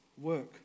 work